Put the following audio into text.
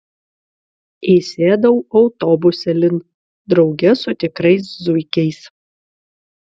įsėdau autobusėlin drauge su tikrais zuikiais